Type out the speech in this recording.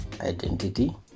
identity